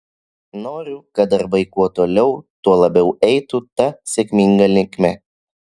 noriu kad darbai kuo toliau tuo labiau eitų ta sėkminga linkme